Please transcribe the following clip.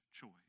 choice